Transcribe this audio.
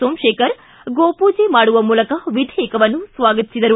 ಸೋಮಶೇಖರ್ ಗೋ ಪೂಜೆ ಮಾಡುವ ಮೂಲಕ ವಿಧೇಯಕವನ್ನು ಸ್ವಾಗತಿಸಿದರು